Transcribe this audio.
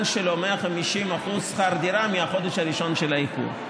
שלו 150% שכר דירה מהחודש הראשון של האיחור.